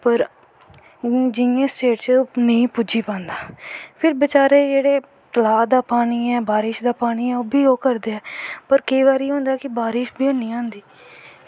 और जिसां स्टेट च नेंई पुज्जी पांदा फिर बचैरे जेह्ड़ा तलाऽ दा पानी ऐ बारिश दा पानी ऐ फिर ओह् बी ओह् करदे ऐ और केंई बारी होंदा कि बारिश बी नी होंदी